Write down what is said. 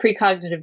precognitive